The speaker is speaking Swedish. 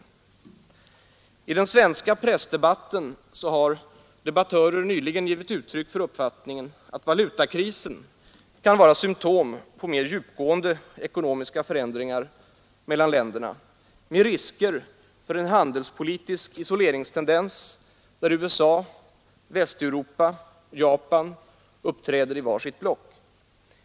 Nr 49 I den svenska pressdebatten har debattörer nyligen givit uttryck för Onsdagen den uppfattningen att valutakrisen kan vara symtom på mer djupgående 21 mars 1973 ekonomiska förändringar mellan länderna med risker för en handelspolitisk isoleringstendens, där USA, Västeuropa och Japan uppträder i var sitt block.